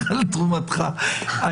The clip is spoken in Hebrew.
הצעת חוק